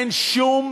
אין שום